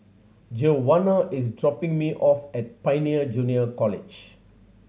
Giovanna is dropping me off at Pioneer Junior College